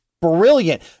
brilliant